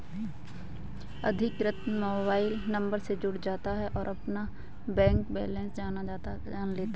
अधिकृत mobile number से जुड़ जाता है और अपना बैंक बेलेंस जान लेता है